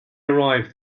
arrive